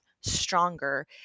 stronger